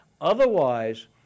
Otherwise